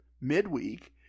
midweek